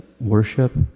worship